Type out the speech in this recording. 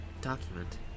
document